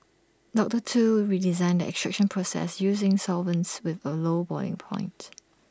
doctor Tu redesigned the extraction process using solvents with A low boiling point